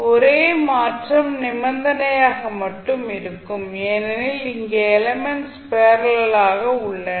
ஒரே மாற்றம் நிபந்தனையாக மட்டும் இருக்கும் ஏனெனில் இங்கே எலிமென்ட்ஸ் பேரலல் ஆக உள்ளன